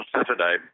Saturday